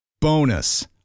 Bonus